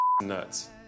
nuts